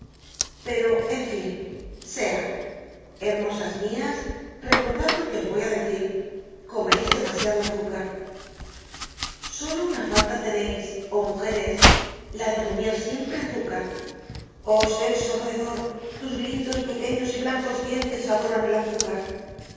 pero en fin sea hermosas mias recordad lo que os voy á decir comeis demasiado azúcar solo una falta teneis oh mujeres la de rumiar siempre azúcar oh sexo roedor tus lindos pequeños y blancos dientes adoran el azúcar